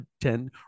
Ten